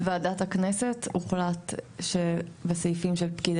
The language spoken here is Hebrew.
בוועדת הכנסת הוחלט שבסעיפים של פקיד